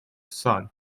sun